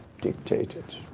dictated